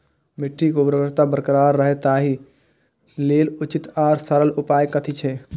मिट्टी के उर्वरकता बरकरार रहे ताहि लेल उचित आर सरल उपाय कथी छे?